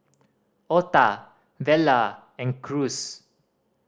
Ota Vela and Cruz